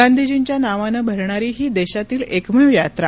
गांधीजींच्या नावानं भरणारी ही देशातील एकमेव यात्रा